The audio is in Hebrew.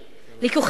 לכוחנות?